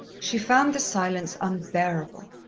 she found the silence unbearable.